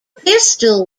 pistol